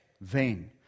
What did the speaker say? vain